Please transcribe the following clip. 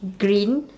green